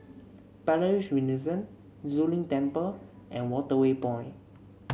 Palais Renaissance Zu Lin Temple and Waterway Point